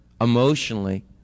emotionally